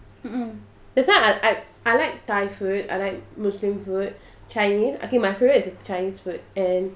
mm mm that's why I I I like thai food I like muslim food chinese okay my favourite is chinese food and